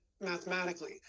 mathematically